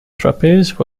trapeze